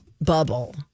bubble